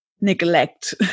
neglect